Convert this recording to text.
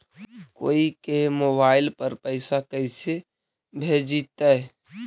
कोई के मोबाईल पर पैसा कैसे भेजइतै?